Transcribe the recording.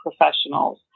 Professionals